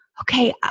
okay